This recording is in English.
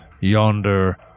yonder